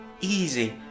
easy